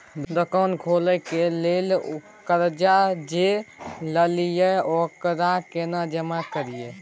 दुकान खोले के लेल कर्जा जे ललिए ओकरा केना जमा करिए?